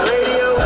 Radio